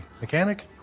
mechanic